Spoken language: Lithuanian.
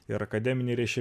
ir akademiniai ryšiai